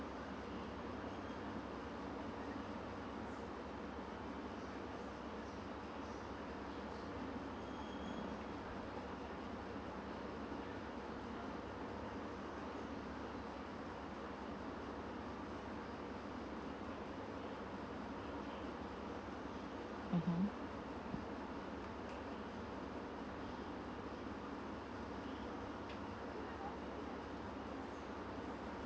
mmhmm